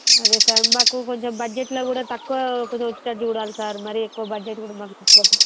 అదే సార్ మాకు కొంచెం బడ్జెట్లో కుడా తక్కువ కొంచెం వచ్చేటట్టు చూడండి సార్ మరీ ఎక్కువ బడ్జెట్ కుడా మాకు